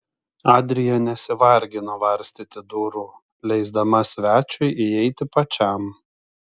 adrija nesivargino varstyti durų leisdama svečiui įeiti pačiam